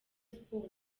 sports